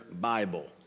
Bible